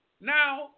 Now